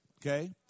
Okay